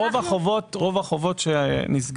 החוב שירד